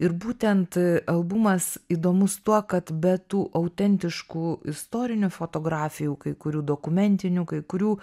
ir būtent albumas įdomus tuo kad be tų autentiškų istorinių fotografijų kai kurių dokumentinių kai kurių